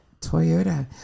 Toyota